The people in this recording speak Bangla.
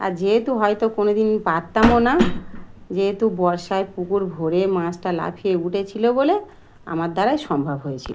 আর যেহেতু হয়তো কোনোদিন পারাতামও না যেহেতু বর্ষায় পুকুর ভরে মাছটা লাফিয়ে উঠেছিলো বলে আমার দ্বারাই সম্ভব হয়েছিল